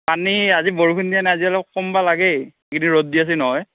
পানী আজি বৰষুণ দিয়া নাই আজি অলপ কমিব লাগে এইকেইদিন ৰ'দ দি আছে নহয়